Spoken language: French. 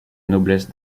noblesse